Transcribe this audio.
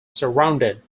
surrounded